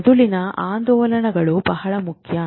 ಮೆದುಳಿನ ಆಂದೋಲನಗಳು ಬಹಳ ಮುಖ್ಯ